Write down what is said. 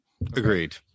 agreed